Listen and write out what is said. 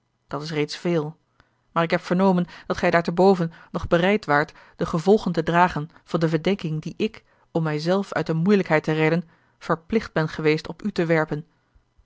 dat is reeds veel maar ik heb vernomen dat gij daarteboven nog bereid waart de gevola l g bosboom-toussaint de delftsche wonderdokter eel te dragen van de verdenking die ik om mij zelf uit eene moeielijkheid te redden verplicht ben geweest op u te werpen